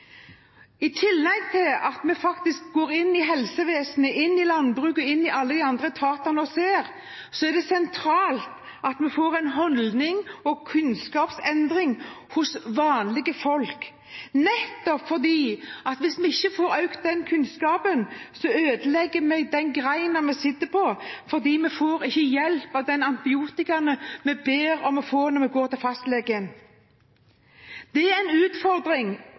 at vi faktisk går inn i helsevesenet, inn i landbruket og inn i alle de andre etatene og ser, er det sentralt at vi får en holdnings- og kunnskapsendring blant vanlige folk – nettopp fordi at hvis vi ikke får økt den kunnskapen, ødelegger vi den greina vi sitter på, og vi vil ikke ha nytte av antibiotikaen vi ber om å få når vi går til fastlegen. Det er en utfordring